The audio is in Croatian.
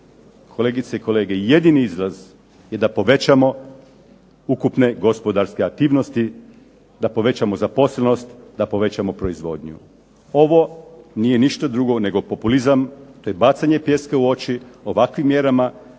Kolegice i kolege, jedini izraz je da povećamo ukupne gospodarske aktivnosti, da povećamo zaposlenost, da povećamo proizvodnju. Ovo nije ništa drugo nego populizam, to je bacanje pijeska u oči. Ovakvim mjerama